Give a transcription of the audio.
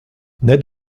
ned